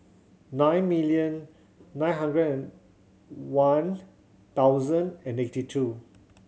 nine million nine hundred and one thousand and eighty two